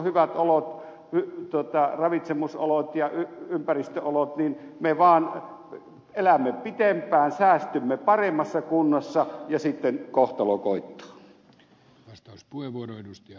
silloin kun on hyvät ravitsemusolot ja ympäristöolot me vaan elämme pitempään säästymme paremmassa kunnossa ja sitten kohtalo koittaa